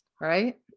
Right